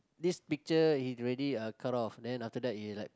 this picture is already a cut off then after that it is like